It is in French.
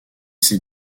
ses